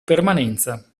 permanenza